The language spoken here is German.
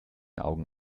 augen